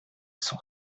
son